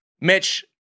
mitch